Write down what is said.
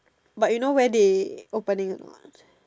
but you know where they opening or not